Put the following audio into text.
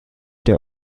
der